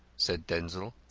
said denzil.